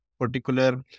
particular